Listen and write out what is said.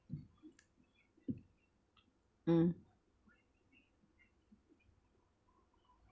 mm